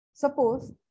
Suppose